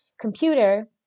computer